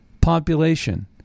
population